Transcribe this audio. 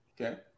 Okay